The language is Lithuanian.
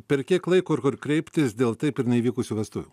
per kiek laiko ir kur kreiptis dėl taip ir neįvykusių vestuvių